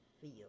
feel